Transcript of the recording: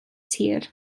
tir